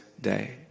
day